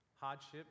hardship